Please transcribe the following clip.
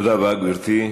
תודה רבה, גברתי.